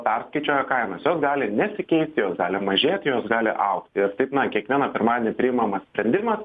perskaičiuoja kainas jos gali nesikeisti jos gali mažėti jos gali augti ir taip na kiekvieną pirmadienį priimamas sprendimas